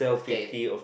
scared